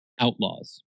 Outlaws